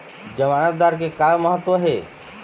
जमानतदार के का महत्व हे?